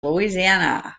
louisiana